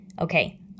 Okay